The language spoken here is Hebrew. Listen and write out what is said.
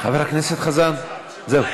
חבר הכנסת חזן, זהו.